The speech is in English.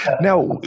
now